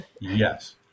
Yes